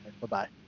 Bye-bye